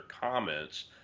comments